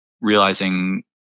realizing